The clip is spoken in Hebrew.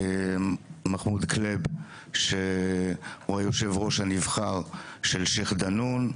מחמוד כליב שהוא יושב הראש הנבחר של א-שייח' דנון,